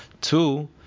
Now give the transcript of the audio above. Two